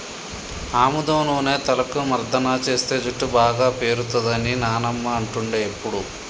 ఆముదం నూనె తలకు మర్దన చేస్తే జుట్టు బాగా పేరుతది అని నానమ్మ అంటుండే ఎప్పుడు